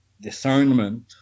discernment